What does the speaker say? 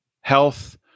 health